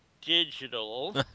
digital